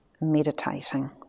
meditating